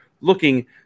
looking